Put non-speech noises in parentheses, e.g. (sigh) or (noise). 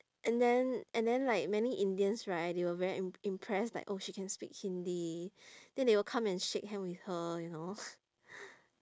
and then and then like many indians right they were very im~ impressed like oh she can speak hindi then they will come and shake hand with her you know (breath)